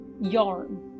yarn